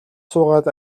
суугаад